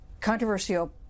controversial